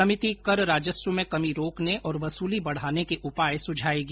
समिति कर राजस्व में कमी रोकने और वसूली बढ़ाने के उपाय सुझाएगी